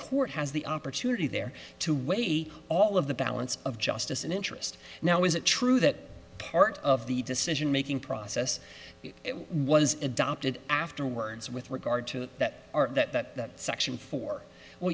court has the opportunity there to weigh all of the balance of justice in interest now is it true that part of the decision making process was adopted afterwards with regard to that are that section four well